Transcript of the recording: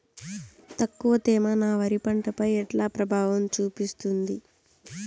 తక్కువ తేమ నా వరి పంట పై ఎట్లా ప్రభావం చూపిస్తుంది?